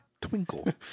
twinkle